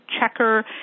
checker